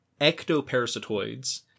ectoparasitoids